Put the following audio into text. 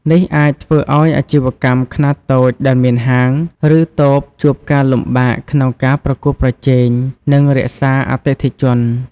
នេះអាចធ្វើឲ្យអាជីវកម្មខ្នាតតូចដែលមានហាង ឬតូបជួបការលំបាកក្នុងការប្រកួតប្រជែង និងរក្សាអតិថិជន។